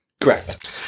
Correct